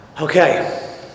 Okay